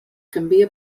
canvia